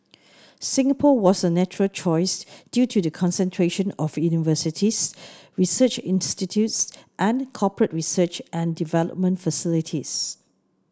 Singapore was a natural choice due to the concentration of universities research institutes and corporate research and development facilities